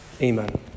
Amen